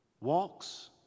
walks